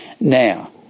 Now